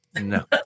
no